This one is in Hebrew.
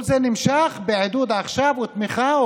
כל זה נמשך בעידוד עכשיו ובתמיכה,